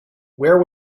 where